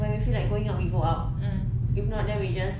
when we feel like going out we go out if not then we just